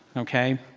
ok?